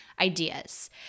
ideas